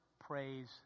praise